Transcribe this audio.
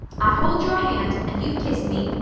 i hold your hand, and you've kissed me,